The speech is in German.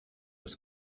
das